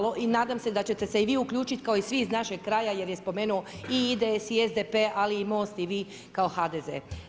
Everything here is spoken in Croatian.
I nadam se da ćete se i vi uključiti, kao i svi iz našeg kraja, jer je spomenuo i IDS i SDP, ali i Most i vi kao i HDZ.